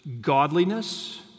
godliness